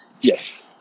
Yes